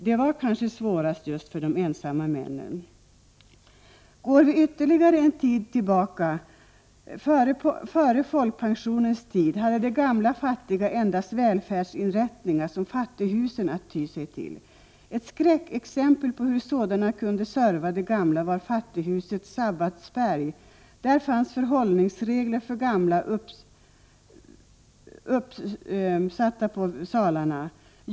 Det var kanske svårast för ensamma män. ——— Går vi bara lite längre bakåt i tiden, före folkpensionens tid, hade de gamla fattiga endast välfärdsinrättningar som fattighusen att ty sig till. Ett skräckexempel på hur sådana kunde serva de gamla var fattighuset Sabbatsberg, där fanns förhållningsregler för de gamla uppspikade på salarna.